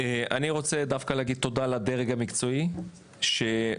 אני רוצה להגיד דווקא תודה לדרג המקצועי שמגיע,